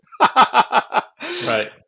Right